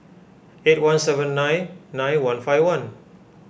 eight one seven nine nine one five one